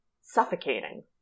suffocating